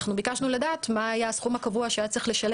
ביקשנו לדעת מה היה הסכום הקבוע שהיה צריך לשלם